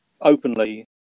openly